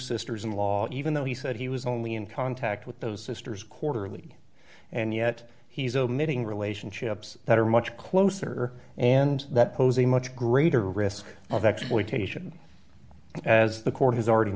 sisters in law even though he said he was only in contact with those sisters quarterly and yet he's omitting relationships that are much closer and that pose a much greater risk of exploitation as the court has already